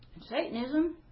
Satanism